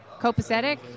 copacetic